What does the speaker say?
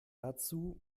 dazu